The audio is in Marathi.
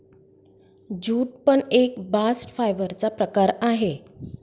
ज्यूट पण एक बास्ट फायबर चा प्रकार आहे